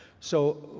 so,